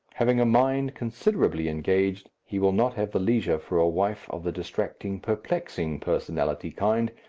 having a mind considerably engaged, he will not have the leisure for a wife of the distracting, perplexing personality kind,